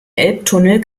elbtunnel